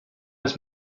his